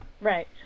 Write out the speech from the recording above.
Right